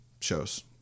shows